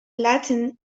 latin